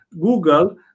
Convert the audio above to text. Google